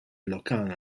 ilocano